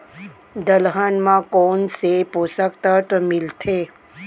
दलहन म कोन से पोसक तत्व मिलथे?